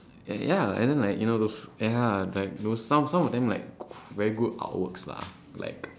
y~ ya and then like you know those ya like those some some of them g~ very good artworks lah like